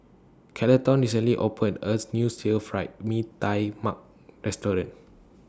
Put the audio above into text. Carleton recently opened as New Stir Fry Mee Tai Mak Restaurant